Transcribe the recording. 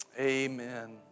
Amen